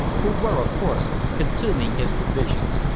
who were of course consuming his provisions,